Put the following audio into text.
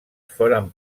foren